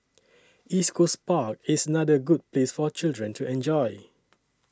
East Coast Park is another good place for children to enjoy